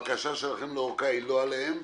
הבקשה שלכם לאורכה היא לא עליהם?